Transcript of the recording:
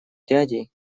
дядей